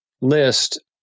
list